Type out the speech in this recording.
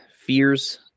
fears